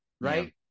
right